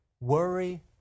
worry